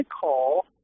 call